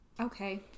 Okay